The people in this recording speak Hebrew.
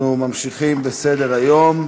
אנחנו ממשיכים בסדר-היום,